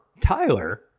Tyler